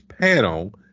panel